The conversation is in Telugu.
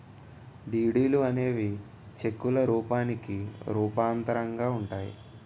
డీడీలు అనేవి చెక్కుల రూపానికి రూపాంతరంగా ఉంటాయి